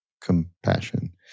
compassion